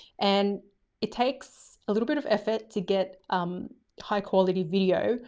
and it takes a little bit of effort to get high quality video,